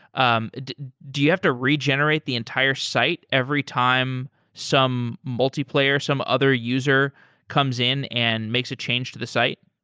um do you have to regenerate the entire site every time some multiplayer, some other user comes in and makes a change to the site?